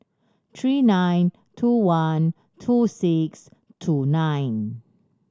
three nine two one two six two nine